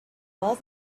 was